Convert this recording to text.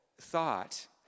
thought